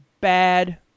bad